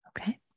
Okay